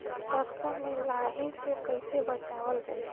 सरसो में लाही से कईसे बचावल जाई?